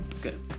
good